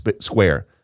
square